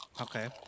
okay